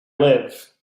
live